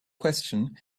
question